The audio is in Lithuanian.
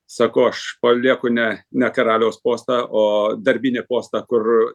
sakau aš palieku ne ne karaliaus postą o darbinį postą kur